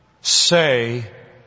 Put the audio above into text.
say